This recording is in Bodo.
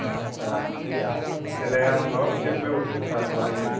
आच्चा देनाय आं माबा मोनसे बेब'स्था खालामगोन दे